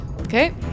Okay